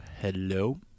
hello